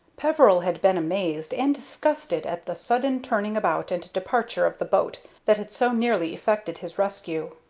peveril had been amazed and disgusted at the sudden turning about and departure of the boat that had so nearly effected his rescue.